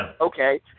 okay